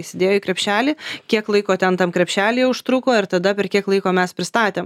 įsidėjo į krepšelį kiek laiko ten tam krepšelyje užtruko ir tada per kiek laiko mes pristatėm